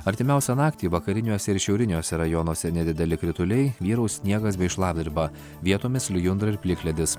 artimiausią naktį vakariniuose ir šiauriniuose rajonuose nedideli krituliai vyraus sniegas bei šlapdriba vietomis lijundra ir plikledis